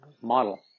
model